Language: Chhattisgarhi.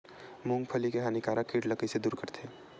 मूंगफली के हानिकारक कीट ला कइसे दूर करथे?